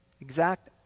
Exact